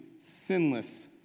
sinless